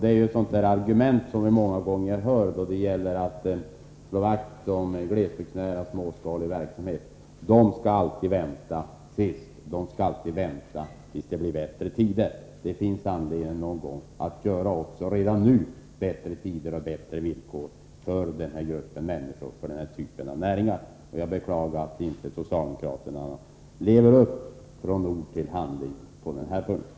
Det är ett sådant där argument som vi många gånger hör då det gäller att slå vakt om en glesbygdsnära, småskalig verksamhet. Den skall alltid vänta tills det blir bättre tider. Det finns anledning att redan nu skapa bättre tider och bättre villkor för den här gruppen av människor och den här typen av näringar. Jag beklagar att inte socialdemokraterna går från ord till handling på den här punkten.